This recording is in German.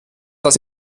das